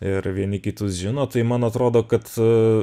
ir vieni kitus žino tai man atrodo kad